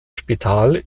spital